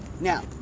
Now